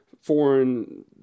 foreign